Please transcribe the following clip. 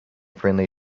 friendly